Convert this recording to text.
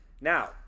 Now